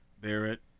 Barrett